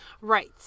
Right